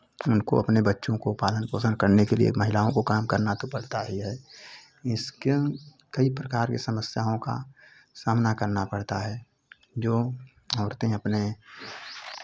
उनको अपने बच्चों को पालन पोषण करने के लिए महिलाओं को काम करना तो पड़ता ही है इसके कई प्रकार के समस्याओं का सामना करना पड़ता है जो औरतें अपने